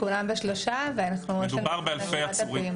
כולם ב-3 מ"ר --- מדובר באלפי עצורים.